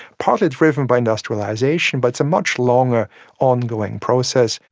partly driven by industrialisation, but it's a much longer ongoing process.